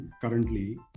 currently